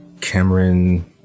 Cameron